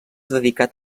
dedicat